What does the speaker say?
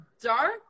dark